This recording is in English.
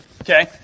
okay